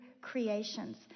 creations